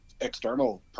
external